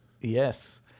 Yes